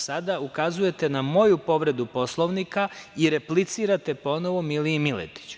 Sada ukazujete na moju povredu Poslovnika i replicirate ponovo Miliji Miletiću.